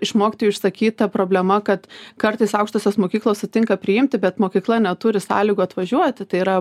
iš mokytojų išsakyta problema kad kartais aukštosios mokyklos sutinka priimti bet mokykla neturi sąlygų atvažiuoti tai yra